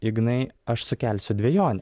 ignai aš sukelsiu dvejonę